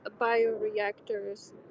bioreactors